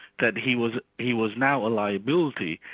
that he was he was now a liability,